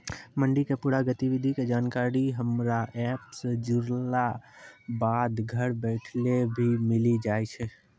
मंडी के पूरा गतिविधि के जानकारी हमरा एप सॅ जुड़ला बाद घर बैठले भी मिलि जाय छै